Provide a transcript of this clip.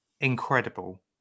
incredible